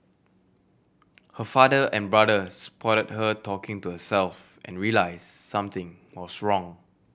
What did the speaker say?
her father and brother spotted her talking to herself and realised something was wrong